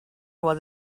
was